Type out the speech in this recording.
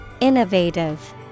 Innovative